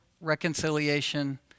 reconciliation